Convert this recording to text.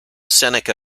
seneca